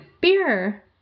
beer